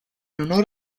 honor